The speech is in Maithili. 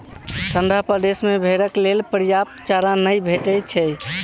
ठंढा प्रदेश मे भेंड़क लेल पर्याप्त चारा नै भेटैत छै